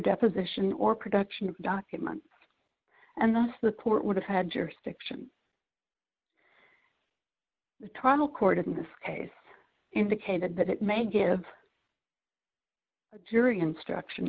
deposition or production of documents and thus the court would have had jurisdiction the trial court in this case indicated that it may give a jury instruction